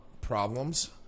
problems